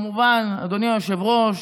וכמובן, אדוני היושב-ראש,